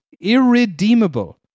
irredeemable